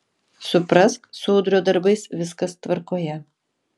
suprask su udrio darbais viskas tvarkoje